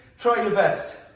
try your best.